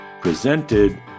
presented